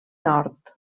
nord